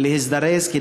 שתזדרזו,